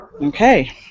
Okay